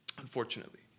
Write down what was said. unfortunately